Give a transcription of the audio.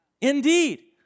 Indeed